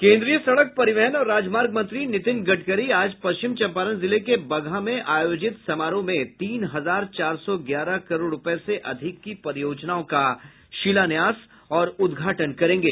केंद्रीय सड़क परिवहन और राजमार्ग मंत्री नितिन गडकरी आज पश्चिम चम्पारण जिले के बगहा में आयोजित समारोह में तीन हजार चार सौ ग्यारह करोड़ रूपये से अधिक की परियोजनाओं का शिलान्यास और उद्घाटन करेंगे